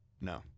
No